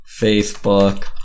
Facebook